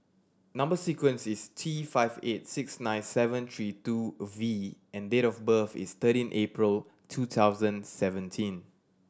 number sequence is T five eight six nine seven three two a V and date of birth is thirteen April two thousand seventeen